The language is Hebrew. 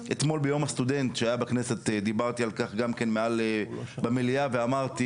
אתמול ביום הסטודנט שהיה בכנסת דיברתי על כך גם כן במליאה ואמרתי